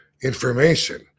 information